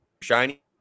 shiny